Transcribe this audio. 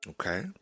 okay